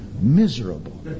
miserable